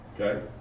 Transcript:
okay